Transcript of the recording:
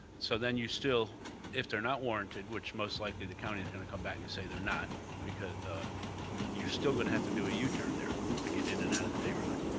so then you still if they're not warranted, which most likely the county's going to come back and say they're not because ah you're still going to have to do a u-turn there to get in and out of the neighborhood?